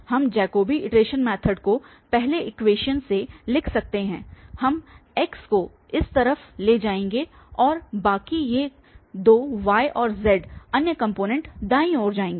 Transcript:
हम Jacobi iteration method को पहले इक्वेशन से लिख सकते हैं हम x को इस तरफ ले जाएंगे और बाकी ये दो y और z अन्य कॉम्पोनेंट दायीं ओर जाएंगे